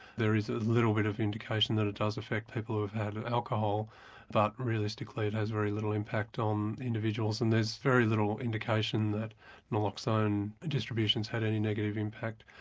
there's a little bit of indication that it does affect people who have had and alcohol but realistically it has very little impact on individuals. and there's very little indication that naloxone distribution has had any negative impact.